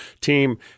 team